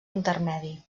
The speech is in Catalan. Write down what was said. intermedi